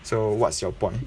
so what's your point